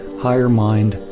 higher mind,